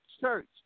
church